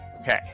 Okay